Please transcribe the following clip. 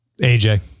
AJ